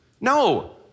No